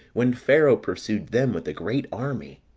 when pharaoh pursued them with a great army.